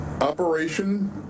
Operation